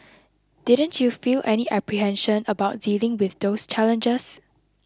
didn't you feel any apprehension about dealing with those challenges